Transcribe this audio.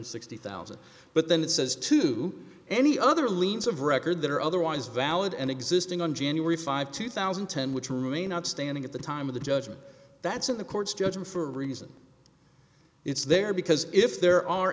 hundred sixty thousand but then it says to any other liens of record that are otherwise valid and existing on january five two thousand and ten which remain outstanding at the time of the judgment that's in the court's judgment for a reason it's there because if there are